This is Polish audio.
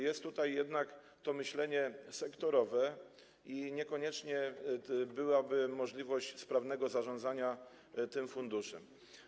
Jest tutaj jednak to myślenie sektorowe i niekoniecznie byłaby możliwość sprawnego zarządzania tym funduszem.